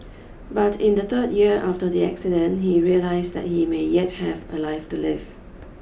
but in the third year after the accident he realised that he may yet have a life to live